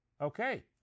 Okay